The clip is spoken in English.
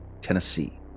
Tennessee